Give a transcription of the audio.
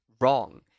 wrong